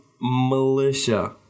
militia